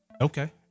okay